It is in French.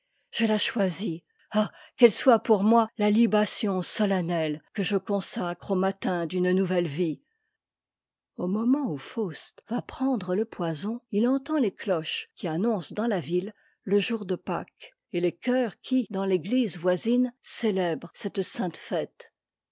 je la choisis ah qu'elle soit pour moi la tibation solennelle que je consacre au matin d'une nouvelle vie au moment où faust va prendre le poison il entend les cloches qui annoncent dans la ville le jour de pâques et les choeurs qui dans l'église voisine célèbrent cette sainte fête